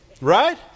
Right